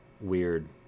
weird –